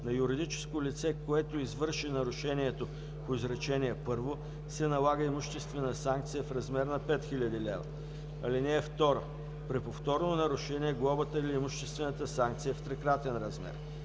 На юридическо лице, което извърши нарушението по изречение първо, се налага имуществена санкция в размер 5000 лв. (2) При повторно нарушение глобата или имуществената санкция в е в трикратен размер.